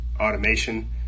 automation